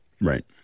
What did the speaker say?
right